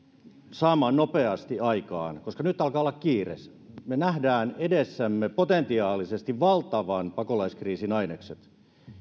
saamaan nopeasti aikaan koska nyt alkaa olla kiire me näemme edessämme potentiaalisesti valtavan pakolaiskriisin ainekset